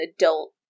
adult